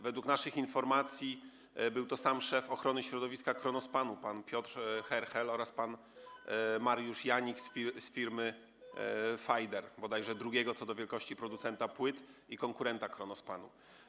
Według naszych informacji był to sam szef ochrony środowiska Kronospanu pan Piotr Herchel oraz pan Mariusz Janik z firmy Pfleiderer, bodajże drugiego co do wielkości producenta płyt i konkurenta Kronospanu.